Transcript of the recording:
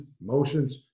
motions